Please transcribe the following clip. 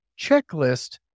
checklist